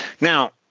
Now